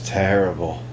terrible